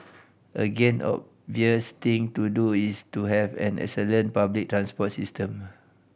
again obvious thing to do is to have an excellent public transport system